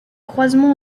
croisements